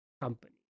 company